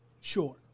Sure